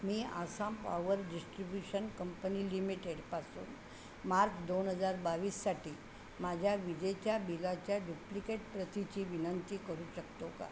मी Assam power distribution company लिमीटेडपासून March दोन हजार बावीससाठी माझ्या विजेच्या बिलाच्या डुप्लिकेट प्रतीची विनंती करू शकतो का